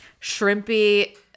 shrimpy